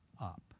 up